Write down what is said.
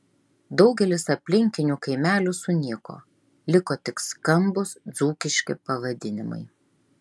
daugelis aplinkinių kaimelių sunyko liko tik skambūs dzūkiški pavadinimai